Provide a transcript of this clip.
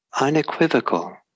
unequivocal